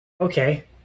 okay